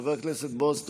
חבר הכנסת בועז טופורובסקי,